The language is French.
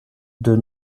deux